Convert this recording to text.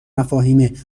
مفاهیم